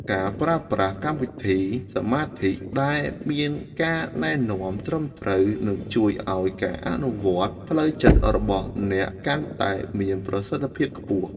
ការប្រើប្រាស់កម្មវិធីសមាធិដែលមានការណែនាំត្រឹមត្រូវនឹងជួយឱ្យការអនុវត្តផ្លូវចិត្តរបស់អ្នកកាន់តែមានប្រសិទ្ធភាពខ្ពស់។